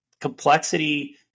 complexity